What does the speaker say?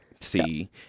See